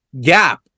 gap